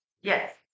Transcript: Yes